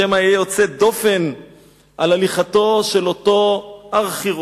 שמא אהיה יוצא דופן על הליכתו של אותו ארכי-רוצח,